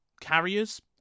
carriers